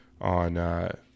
on